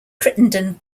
crittenden